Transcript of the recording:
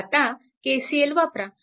आता KCL वापरा